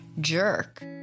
jerk